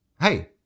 hey